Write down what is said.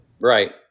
Right